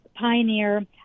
Pioneer